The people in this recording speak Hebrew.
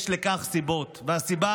יש לכך סיבות: הסיבה